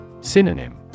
Synonym